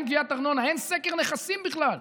אין גביית ארנונה, אין סקר נכסים בכלל.